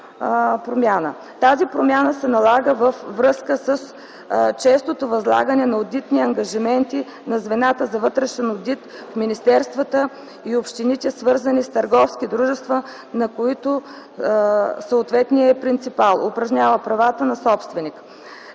Тази промяна се налага във връзка с честото възлагане на одитни ангажименти на звената за вътрешен одит в министерствата и общините, свързани с търговски дружества, на които съответният първостепенен разпоредител с бюджетен